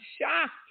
shocked